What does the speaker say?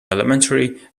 elementary